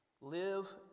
live